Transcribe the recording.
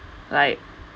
like